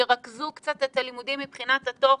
ירכזו קצת את הלימודים מבחינת התוכן,